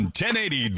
1080